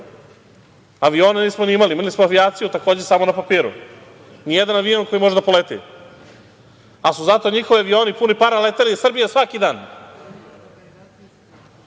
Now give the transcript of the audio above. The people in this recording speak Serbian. avione nismo ni imali, imali smo avijaciju takođe samo na papiru. Nijedan avion koji može da poleti. Ali su zato njihovi avioni puni para leteli iz Srbije svaki dan.